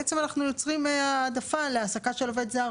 בעצם אנחנו יוצרים העדפה להעסקה של עובד זר